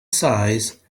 size